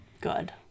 Good